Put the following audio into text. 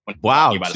Wow